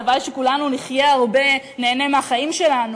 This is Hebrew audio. הלוואי שכולנו נחיה הרבה וניהנה מהחיים שלנו.